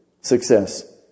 success